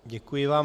Děkuji vám.